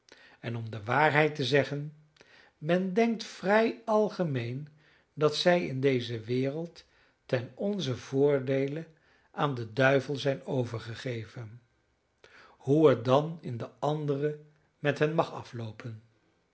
en om de waarheid te zeggen men denkt vrij algemeen dat zij in deze wereld ten onzen voordeele aan den duivel zijn overgegeven hoe het dan in de andere met hen mag afloopen